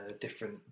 different